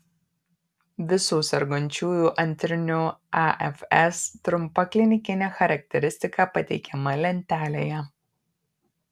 visų sergančiųjų antriniu afs trumpa klinikinė charakteristika pateikiama lentelėje